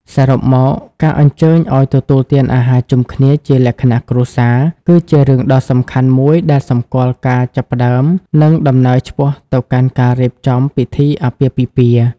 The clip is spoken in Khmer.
សរុបមក ការអញ្ជើញឲ្យទទួលទានអាហារជុំគ្នាជាលក្ខណៈគ្រួសារ គឺជារឿងដ៏សំខាន់មួយដែលសម្គាល់ការចាប់ផ្តើម និងដំណើរឆ្ពោះទៅកាន់ការរៀបចំពីធីអាពាហ៍ពិពាហ៍។